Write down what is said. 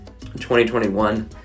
2021